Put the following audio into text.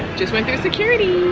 just went through security.